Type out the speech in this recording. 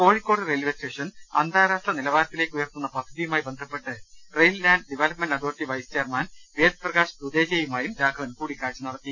Kozhikode railway station അന്താരാഷ്ട്ര നിലവാരത്തി ലേക്കുയർത്തുന്ന പദ്ധതിയുമായി ബന്ധപ്പെട്ട് rail land development authority vice chairman Ved Prakash ദുദേജയുമായും രാഘവൻ കൂടിക്കാഴ്ച നടത്തി